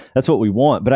that's what we want. but